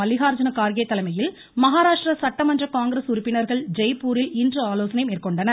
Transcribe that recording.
மல்லிகார்ஜுன கார்கே தலைமையில் மகாராஷ்ட்ர சட்டமன்ற காங்கிரஸ் உறுப்பினர்கள் ஜெய்ப்பூரில் இன்று ஆலோசனை மேற்கொண்டனர்